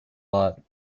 lot